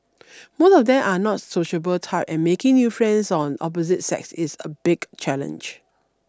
most of them are not sociable type and making new friends on opposite sex is a big challenge